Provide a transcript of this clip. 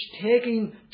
taking